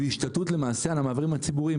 והשתלטות למעשה על המעברים הציבוריים,